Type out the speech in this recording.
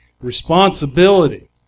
Responsibility